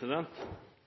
er